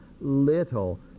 little